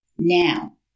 Now